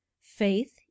Faith